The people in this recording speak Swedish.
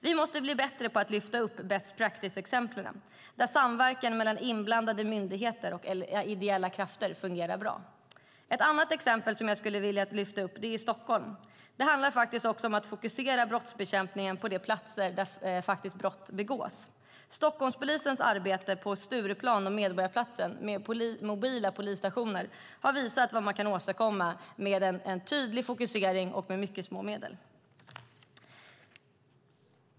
Vi måste bli bättre på att lyfta upp best practice-exempel där samverkan mellan inblandade myndigheter och ideella krafter fungerar bra. Ett annat exempel jag vill lyfta upp är Stockholm. Det handlar om att fokusera brottsbekämpningen på de platser där brott begås. Stockholmspolisens arbete på Stureplan och Medborgarplatsen med mobila polisstationer visar vad man kan åstadkomma med tydlig fokusering och små medel.